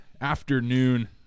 afternoon